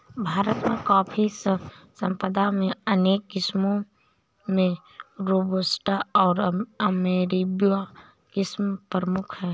भारत में कॉफ़ी संपदा में अनेक किस्मो में रोबस्टा ओर अरेबिका किस्म प्रमुख है